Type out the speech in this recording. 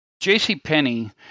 JCPenney